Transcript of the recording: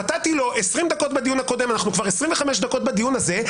נתתי לו 20 דקות בדיון הקודם ואנחנו כבר 25 דקות בדיון הזה.